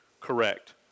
correct